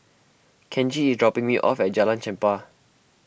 Kenji is dropping me off at Jalan Chempah